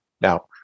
Now